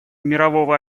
мирового